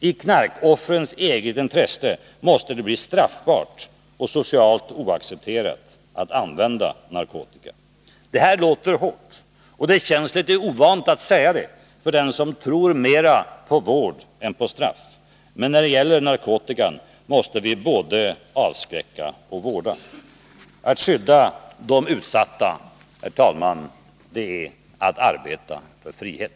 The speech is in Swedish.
I knarkoffrens eget intresse måste det bli straffbart och socialt oacceptabelt att använda narkotika. Det här låter hårt. Och det känns litet ovant att säga det om man mera tror på vård än på straff. Men när det gäller narkotikan måste vi både avskräcka och vårda. Att skydda de utsatta, herr talman, det är att arbeta för frihet.